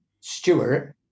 Stewart